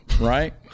right